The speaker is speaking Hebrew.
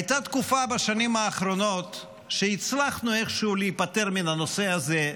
הייתה תקופה בשנים האחרונות שהצלחנו איכשהו להיפטר מהנושא הזה,